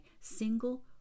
single